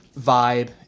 vibe